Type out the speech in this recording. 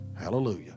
Hallelujah